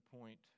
point